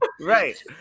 Right